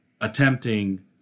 attempting